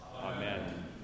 Amen